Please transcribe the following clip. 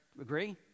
agree